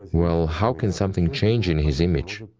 well, how can something change in his image,